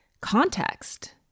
context